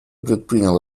предпринял